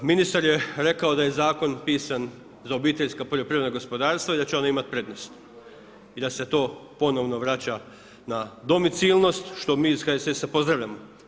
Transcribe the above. Ministar je rako da je zakon pisan za obiteljska poljoprivredna gospodarstva i da će ona imati prednost i da se to ponovno vraća na domicilnost što mi iz HSS-a pozdravljamo.